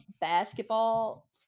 basketball